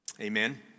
Amen